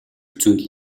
зүйл